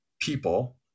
people